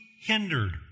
hindered